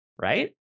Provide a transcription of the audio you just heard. right